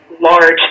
large